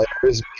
players